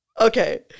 Okay